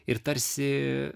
ir tarsi